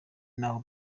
naho